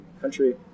country